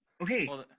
Okay